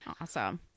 Awesome